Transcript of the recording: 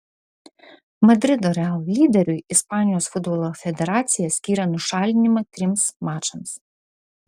madrido real lyderiui ispanijos futbolo federacija skyrė nušalinimą trims mačams